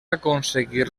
aconseguir